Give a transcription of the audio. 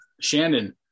Shannon